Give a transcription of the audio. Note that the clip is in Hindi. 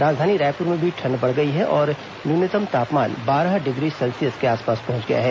राजधानी रायपुर में भी ठंड बढ़ गई है और न्यूनतम तापमान बारह डिग्री सेल्सियस के आसपास पहंच गया है